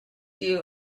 you